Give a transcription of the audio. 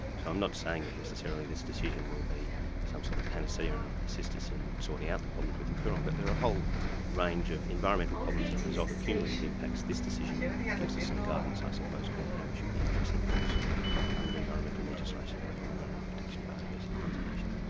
so i'm not saying that necessarily this decision will be some sort of panacea and assist us in sorting out the problems with the coorong, but there are a whole range of environmental problems as and a result of cumulative impacts this decision gives us some guidance i suppose, about how we should be addressing those under environmental legislation like the environment protection biodiversity conservation and